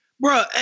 bro